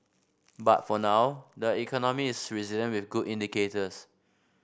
but for now the economy is resilient with good indicators